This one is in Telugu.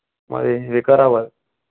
మాది వికారాబాద్